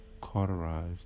cauterized